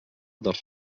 dels